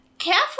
Careful